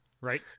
right